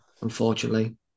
unfortunately